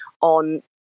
on